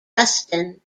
preston